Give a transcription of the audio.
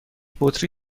بطری